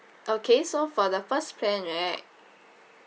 okay so for the first plan right